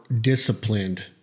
disciplined